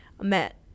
met